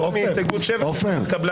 חוץ מהסתייגות 7 שהתקבלה